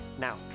Now